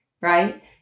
right